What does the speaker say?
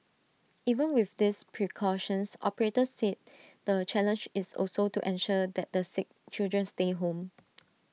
even with these precautions operators said the challenge is also to ensure that the sick children stay home